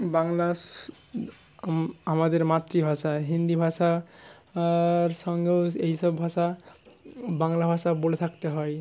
বাংলা আমাদের মাতৃভাষা হিন্দি ভাষা আর সঙ্গেও এই সব ভাষা বাংলা ভাষা বলে থাকতে হয়